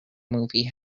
movie